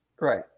Right